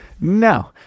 no